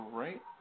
right